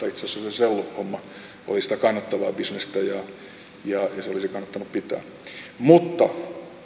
itse asiassa selluhomma oli sitä kannattavaa bisnestä ja ja se olisi kannattanut pitää mutta